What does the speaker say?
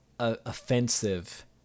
offensive